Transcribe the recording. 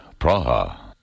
Praha